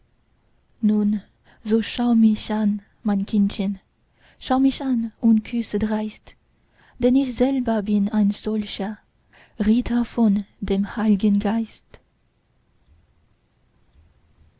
nun so schau mich an mein kindchen küsse mich und schaue dreist denn ich selber bin ein solcher ritter von dem heilgen geist